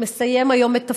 שמסיים היום את תפקידו,